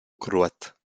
croate